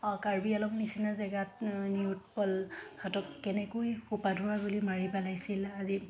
কাৰ্বি আংলং নিচিনা জেগাত নীলোৎপলহেঁতক কেনেকৈ সোপাধৰা বুলি মাৰি পেলাইছিল আজি